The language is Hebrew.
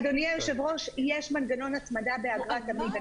אדוני היושב-ראש, יש מנגנון הצמדה באגרה תמיד.